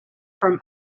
from